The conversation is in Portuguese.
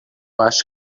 acho